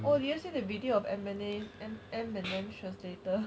oh did you say the video of ebony and eminem translator